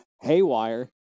haywire